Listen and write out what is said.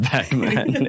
Batman